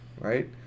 right